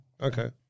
Okay